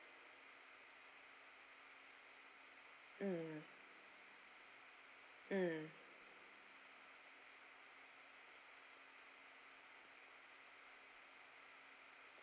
mm mm